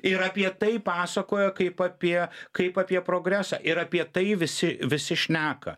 ir apie tai pasakojo kaip apie kaip apie progresą ir apie tai visi visi šneka